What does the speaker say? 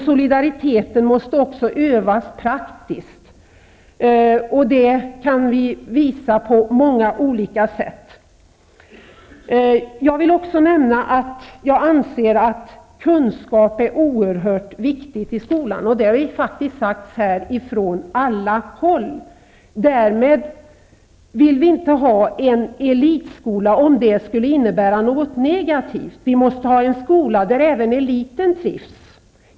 Solidariteten måste också övas praktiskt. Det kan vi visa på många olika sätt. Jag vill också nämna att jag anser att kunskap är någonting oerhört viktigt i skolan. Det har faktiskt sagts från alla håll här. Därmed vill vi inte ha en elitskola om det skulle innebära något negativt. Vi måste ha en skola där även eliten trivs.